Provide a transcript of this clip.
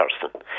person